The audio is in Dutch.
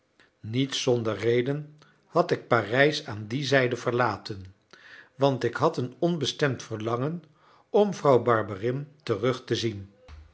niet zonder reden had ik parijs aan die zijde verlaten want ik had een onbestemd verlangen om vrouw barberin terug te zien